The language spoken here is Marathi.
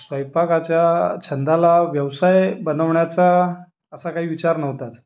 स्वयंपाकाच्या छंदाला व्यवसाय बनवण्याचा असा काही विचार नव्हताच